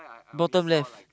bottom left